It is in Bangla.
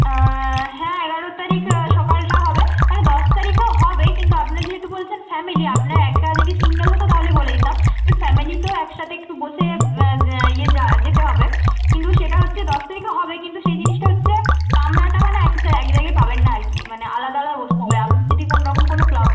হ্যাঁ এগারো তারিখ সকালটা হবে মানে দশ তারিখও হবে কিন্তু আপনার যেহেতু বলছেন ফ্যামিলি আপনার একা যদি সিঙ্গল হতো তাহলে বলে দিতাম ফ্যামিলি তো একসাথে একটু বসে ইয়ে যেতে হবে কিন্তু সেটা হচ্ছে দশ তারিখে হবে কিন্তু সেই জিনিসটা হচ্ছে কামরাটা মানে একই স্যার এক জায়গায় পাবেন না আর কি মানে আলাদা আলাদা বসতে হবে আপনি যদি কোনো রকম কোনো